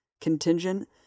contingent